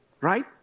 right